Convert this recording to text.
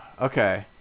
okay